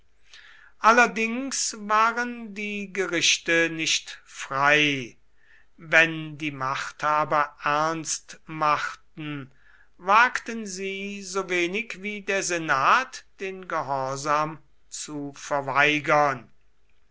allerdings waren die gerichte nicht frei wenn die machthaber ernst machten wagten sie so wenig wie der senat den gehorsam zu verweigern